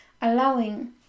allowing